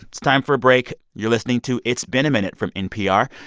it's time for a break. you're listening to it's been a minute from npr.